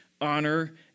honor